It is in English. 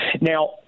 Now